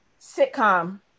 sitcom